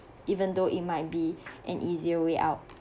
even though it might be an easier way out